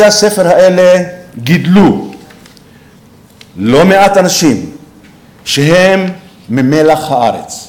בתי-הספר האלה גידלו לא מעט אנשים שהם ממלח הארץ.